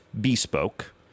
Bespoke